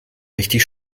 richtig